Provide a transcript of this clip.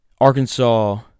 Arkansas